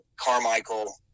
Carmichael